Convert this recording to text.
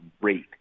rate